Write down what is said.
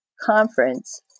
conference